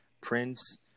Prince